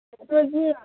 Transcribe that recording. اَسہِ اوس یہِ